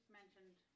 mentioned